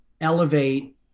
elevate